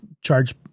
charge